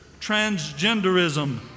transgenderism